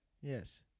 Yes